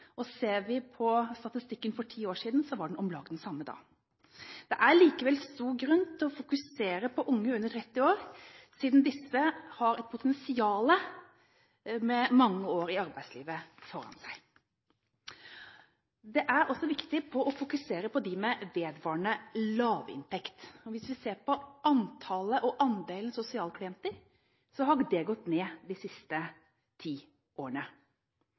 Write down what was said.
pst. Ser vi på statistikken for ti år siden, var den om lag det samme da. Det er likevel stor grunn til å fokusere på unge under 30 år, siden disse potensielt har mange år foran seg i arbeidslivet. Det er også viktig å fokusere på dem med vedvarende lavinntekt. Hvis vi ser på antallet og andelen sosialklienter, har det gått ned de siste ti årene.